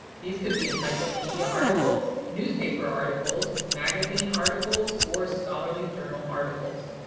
these could be encyclopedia articles, newspaper articles, magazine articles, or scholarly journal articles.